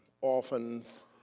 orphans